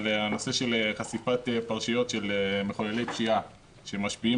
על הנושא של חשיפת פרשיות של מחוללי פשיעה שמשפיעים